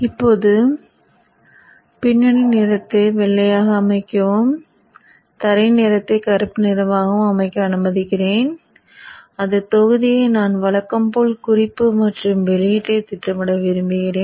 இப்போது தொகுதியை நான் வழக்கம் போல் குறிப்பு மற்றும் வெளியீட்டை திட்டமிட விரும்புகிறேன்